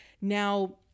Now